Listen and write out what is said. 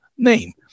name